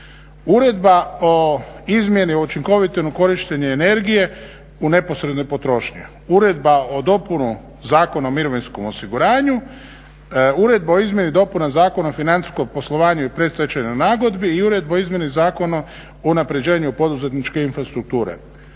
Uredba o izmjeni o učinkovitom korištenju energije u neposrednoj potrošnji, Uredba o dopuni Zakona o mirovinskom osiguranju, Uredba o izmjeni dopuna Zakona o financijskom poslovanju i predstečajnoj nagodbi i Uredba o izmjeni Zakona o unapređenju poduzetničke infrastrukture.